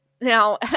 Now